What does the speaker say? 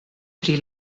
pri